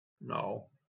no